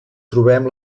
trobem